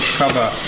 cover